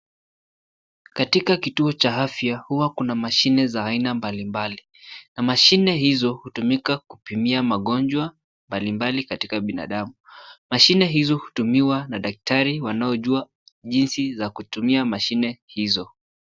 Katika kituo cha afya huwa kuna mashine za aina mbali mbali, na mashine hizo hutumika kupimia magonjwa mbali mbali katika binadamu. Mashine hizo hutumiwa na daktari wanaojua jinsi za kutumia mashine hizo.